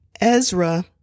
Ezra